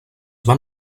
van